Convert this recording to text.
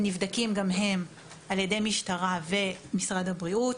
נבדקים גם הם על ידי המשטרה ומשרד הבריאות.